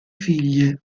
figlie